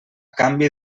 canvi